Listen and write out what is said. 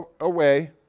away